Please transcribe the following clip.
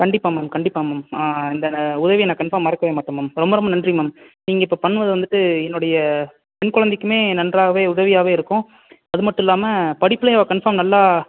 கண்டிப்பாக மேம் கண்டிப்பாக மேம் இந்த உதவியை நான் கன்ஃபார்ம் மறக்கவே மாட்டேன் மேம் ரொம்ப ரொம்ப நன்றி மேம் நீங்கள் இப்போ பண்ணிணது வந்துட்டு என்னுடைய பெண் கொழந்தைக்குமே நன்றாகவே உதவியாகவே இருக்கும் அதுமட்டும் இல்லாமல் படிப்புலேயும் அவள் கன்ஃபார்ம் நல்லா